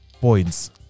points